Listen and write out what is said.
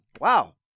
Wow